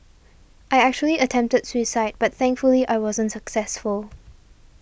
I actually attempted suicide but thankfully I wasn't successful